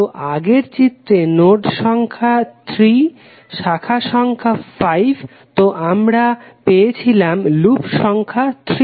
তো আগের চিত্রে নোড সংখ্যা 3 শাখা সংখ্যা 5 তো আমরা পেয়েছিলাম লুপ সংখ্যা 3